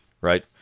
Right